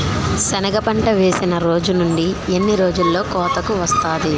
సెనగ పంట వేసిన రోజు నుండి ఎన్ని రోజుల్లో కోతకు వస్తాది?